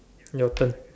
your turn